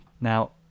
Now